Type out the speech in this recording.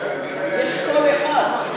זה חלק מהמשילות, יש קול אחד.